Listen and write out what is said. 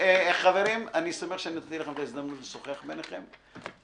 אני שמח שנתתי לכם הזדמנות לשוחח ביניכם,